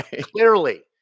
Clearly